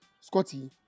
Scotty